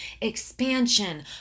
expansion